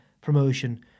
promotion